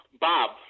Bob